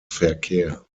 verkehr